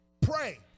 Pray